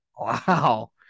wow